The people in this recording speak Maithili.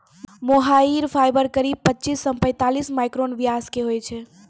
मोहायिर फाइबर करीब पच्चीस सॅ पैतालिस माइक्रोन व्यास के होय छै